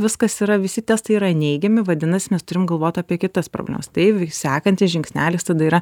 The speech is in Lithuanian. viskas yra visi testai yra neigiami vadinasi mes turim galvot apie kitas problemas tai sekantis žingsnelis tada yra